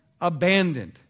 abandoned